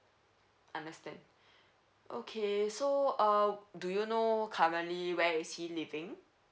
understand okay so uh do you know currently where is he living